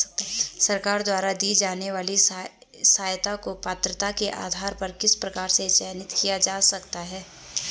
सरकार द्वारा दी जाने वाली सहायता को पात्रता के आधार पर किस प्रकार से चयनित किया जा सकता है?